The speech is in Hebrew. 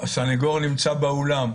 הסנגור נמצא באולם,